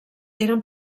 eren